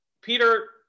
Peter